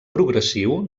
progressiu